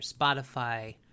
Spotify